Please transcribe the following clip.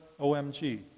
OMG